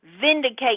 Vindicate